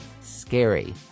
Scary